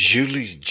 Julie